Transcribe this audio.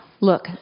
Look